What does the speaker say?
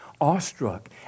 awestruck